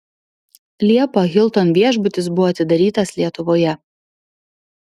liepą hilton viešbutis buvo atidarytas lietuvoje